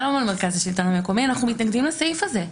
אנחנו מתנגדים לסעיף הזה.